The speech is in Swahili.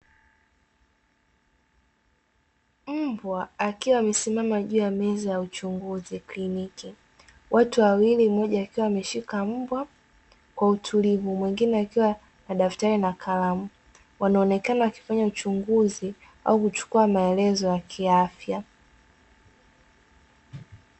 Mbwa akiwa amesimama juu ya meza ya uchunguzi kliniki. Watu wawili, mmoja akiwa ameshika mbwa kwa utulivu mwingine akiwa na daftari na kalamu wanaonekana wakifanya uchunguzi au kuchukua maelezo ya kiafya.